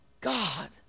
God